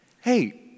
Hey